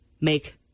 make